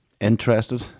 interested